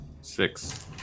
Six